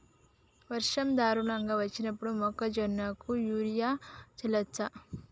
వర్షం ధారలుగా వచ్చినప్పుడు మొక్కజొన్న కు యూరియా చల్లచ్చా?